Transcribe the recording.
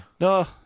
No